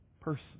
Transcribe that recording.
person